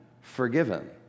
forgiven